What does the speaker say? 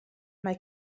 mae